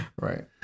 right